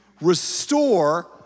restore